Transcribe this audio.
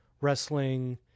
wrestling